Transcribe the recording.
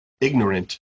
ignorant